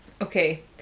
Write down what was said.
okay